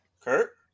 kurt